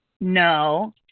No